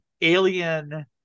alien